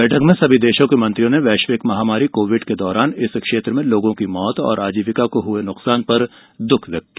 बैठक में सभी देशों के मंत्रियों ने वैश्विक महामारी कोविड के दौरान इस क्षेत्र में लोगों की मौत और आजीविका को हुए नुकसान पर दुख व्यक्त किया